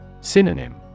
Synonym